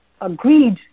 agreed